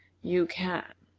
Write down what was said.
you can.